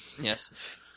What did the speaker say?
Yes